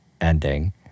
ending